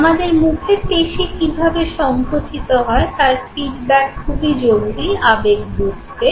আমাদের মুখের পেশী কীভাবে সঙ্কোচিত হয় তার ফীডব্যাক খুবই জরুরি আবেগ বুঝতে